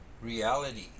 reality